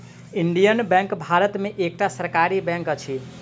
Indian bank Bharat में एकटा सरकारी बैंक अछि